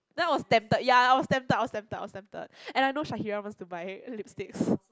that was tempted ya I was tempted I was tempted I was tempted and I know Shahira wants to buy lipstick so